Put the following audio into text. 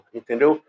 Entendeu